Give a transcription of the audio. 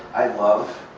i love,